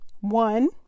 One